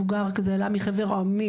עלה מחבר העמים,